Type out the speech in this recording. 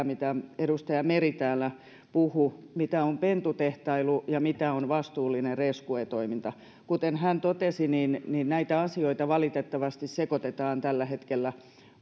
mitä edustaja meri täällä puhui mitä on pentutehtailu ja mitä on vastuullinen rescuetoiminta kuten hän totesi niin niin näitä asioita valitettavasti sekoitetaan tällä hetkellä